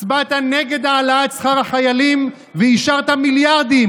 הצבעת נגד העלאת שכר החיילים ואישרת מיליארדים